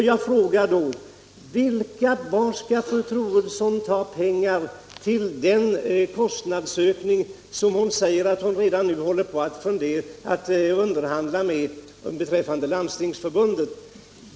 Jag frågar då: Var skall fru Troedsson ta pengarna till den kostnadsökning som blir följden av de åtgärder som hon redan nu säger sig förhandla med Landstingsförbundet om?